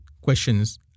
questions